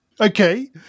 okay